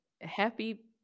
happy